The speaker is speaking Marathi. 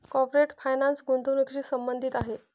कॉर्पोरेट फायनान्स गुंतवणुकीशी संबंधित आहे